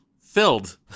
filled